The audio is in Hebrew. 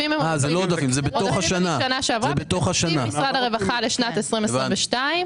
זה בתקציב משרד הרווחה לשנת 2022,